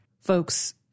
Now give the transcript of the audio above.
folks